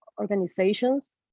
organizations